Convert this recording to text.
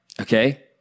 okay